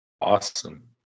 Awesome